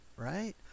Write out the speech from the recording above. right